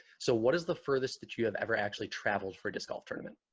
so, what is the furthest that you have ever actually traveled for a disc golf tournament?